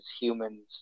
humans